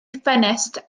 ffenest